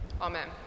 Amen